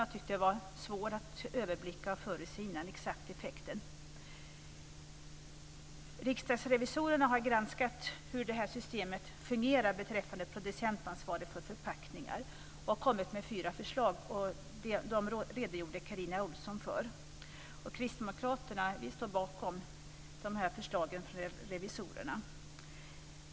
Det har varit svårt att överblicka effekten av avfallsskatten. Riksdagsrevisorerna har granskat hur systemet fungerar beträffande producentansvaret för förpackningar och har kommit med fyra förslag. De redogjorde Carina Ohlsson för. Kristdemokraterna står bakom förslagen från revisorerna.